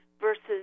versus